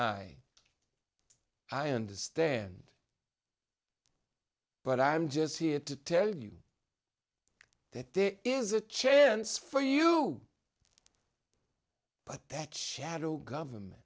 eye i understand but i'm just here to tell you that there is a chance for you but that shadow g